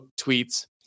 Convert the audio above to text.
tweets